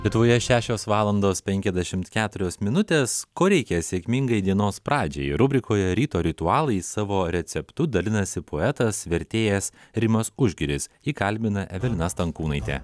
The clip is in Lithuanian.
lietuvoje šešios valandos penkiasdešimt keturios minutės ko reikia sėkmingai dienos pradžiai rubrikoje ryto ritualai savo receptu dalinasi poetas vertėjas rimas užgiris jį kalbina evelina stankūnaitė